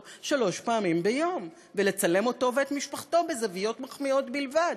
שלוש פעמים ביום ולצלם אותו ואת משפחתו בזוויות מחמיאות בלבד.